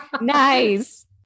Nice